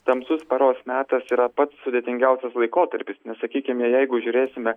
tamsus paros metas yra pats sudėtingiausias laikotarpis nes sakykime jeigu žiūrėsime